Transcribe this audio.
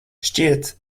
šķiet